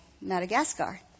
Madagascar